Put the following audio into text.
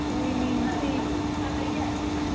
कोई निं ठीक